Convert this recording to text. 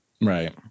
right